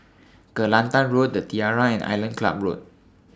Kelantan Road The Tiara and Island Club Road